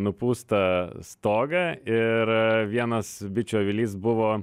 nupūstą stogą ir vienas bičių avilys buvo